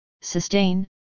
sustain